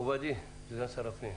מכובדי, סגן שר הפנים.